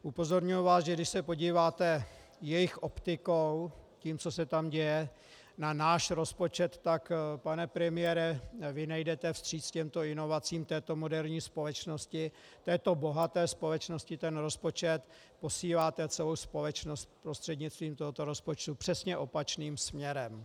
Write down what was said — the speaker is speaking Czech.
Upozorňuji vás, že když se podíváte jejich optikou, tím, co se tam děje, na náš rozpočet, tak pane premiére, vy nejdete vstříc těmto inovacím, této moderní společnosti, této bohaté společnosti, ale posíláte celou společnost prostřednictvím rozpočtu přesně opačným směrem.